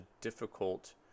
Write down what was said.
difficult